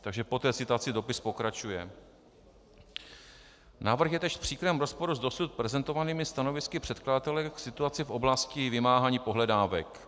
Takže po té citaci dopis pokračuje: Návrh je též v příkrém rozporu s dosud prezentovanými stanovisky předkladatele k situaci v oblasti vymáhání pohledávek.